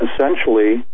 essentially